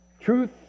Truth